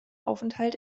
aufenthalt